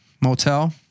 motel